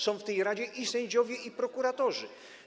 Są w tej radzie i sędziowie, i prokuratorzy.